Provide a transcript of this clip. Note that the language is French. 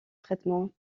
traitement